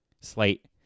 slate